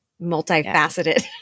multifaceted